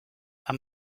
amb